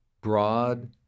broad